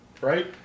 right